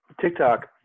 TikTok